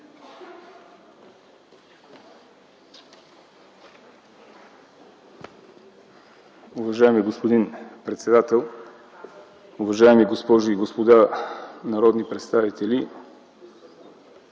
Уважаеми господин председател, уважаеми госпожи и господа народни представители!